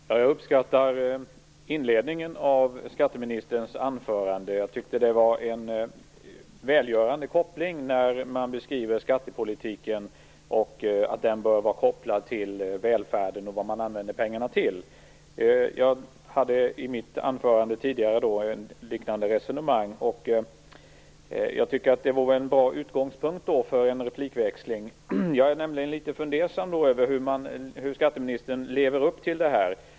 Herr talman! Jag uppskattar inledningen av skatteministerns anförande. Det var en välgörande koppling som gjordes när han sade att skattepolitiken bör vara kopplad till välfärden och vad man använder pengarna till. Jag hade i mitt anförande tidigare ett liknande resonemang. Det vore därför en bra utgångspunkt för en replikväxling. Jag är nämligen litet fundersam över hur skatteministern lever upp till detta.